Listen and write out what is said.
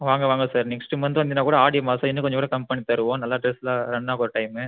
வாங்க வாங்க sir next month வந்திங்கன்னா கூட ஆடி அம்மாவாச இன்னும் கொஞ்சம் கூட கம்மி பண்ணி தருவோம் நல்லா ட்ரெஸ்ஸுலாம் ரன்னாகிற டைமு